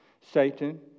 Satan